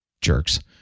Jerks